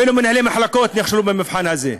אפילו מנהלי מחלקות נכשלו במבחן הזה.